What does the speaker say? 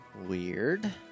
Weird